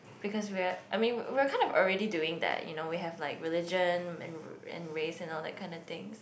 because we're I mean we're kind of already doing that you know we have like religion and ra~ race all that kind of things